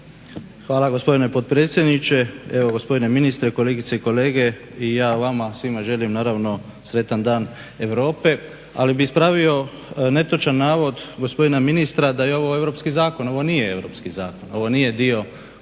Hvala, gospodine potpredsjedniče. Gospodine ministre, kolegice i kolege. I ja vama svima želim naravno sretan Dan Europe, ali bih ispravio netočan navod gospodina ministra da je ovo europski zakon. Ovo nije europski zakon, ovo nije dio europske